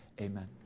amen